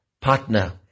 partner